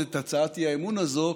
את הצעת האי-אמון הזאת,